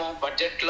budget